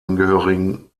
angehörigen